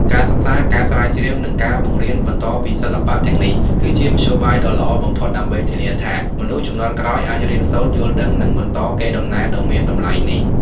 ការសិក្សា ការស្រាវជ្រាវ និងការបង្រៀនបន្តពីសិល្បៈទាំងនេះ គឺជាមធ្យោបាយដ៏ល្អបំផុតដើម្បីធានាថា មនុស្សជំនាន់ក្រោយអាចរៀនសូត្រ យល់ដឹង និងបន្តកេរដំណែលដ៏មានតម្លៃនេះ។